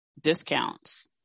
discounts